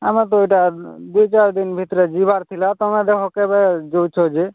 ଆମର୍ ତ ଏଇଟା ଦୁଇ ଚାର୍ ଦିନ୍ ଭିତରେ ଯିବାର୍ ଥିଲା ତୁମେ ଦେଖ କେବେ ଯଉଛ ଯେ